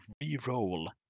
re-roll